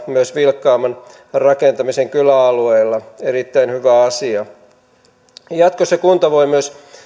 myös vilkkaamman rakentamisen kyläalueella erittäin hyvä asia jatkossa kunta voi myös